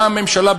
איך הממשלה,